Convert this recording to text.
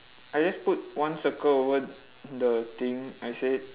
I just put one circle over the thing I said